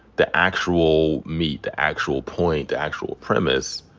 the actual meat, the actual point, the actual premise